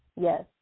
Yes